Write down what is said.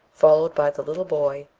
followed by the little boy,